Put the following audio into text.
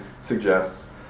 suggests